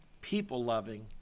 people-loving